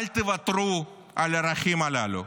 אל תוותרו על הערכים הללו.